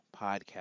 podcast